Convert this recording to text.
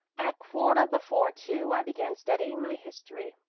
at quarter before two i began studying my history.